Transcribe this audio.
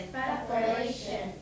preparation